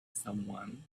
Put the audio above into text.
someone